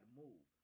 move